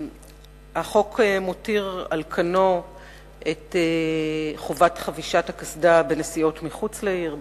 החוק מותיר על כנה את חובת חבישת הקסדה בנסיעות מחוץ לעיר,